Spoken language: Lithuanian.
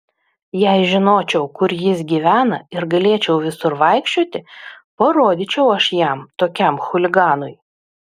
jei žinočiau kur jis gyvena ir galėčiau visur vaikščioti parodyčiau aš jam tokiam chuliganui